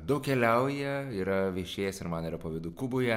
daug keliauja yra viešėjęs ir man yra pavydu kuboje